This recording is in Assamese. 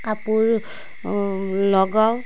কাপোৰ লগাওঁ